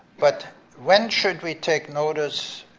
but when should we take notice,